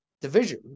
division